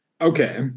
Okay